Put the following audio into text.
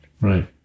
Right